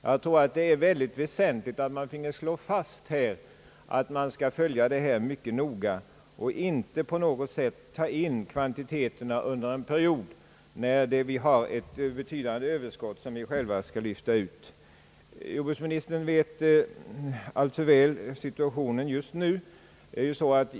Jag tror att det är synnerligen väsentligt att det fastslås att man mycket noga skall iakttaga detta och inte i något fall ta in kvantiteterna under en period när det råder ett betydande produktionsöverskott som vi själva skall lyfta ut ur landet. Jordbruksministern känner allt för väl till situationen just nu.